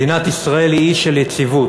מדינת ישראל היא אי של יציבות.